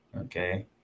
okay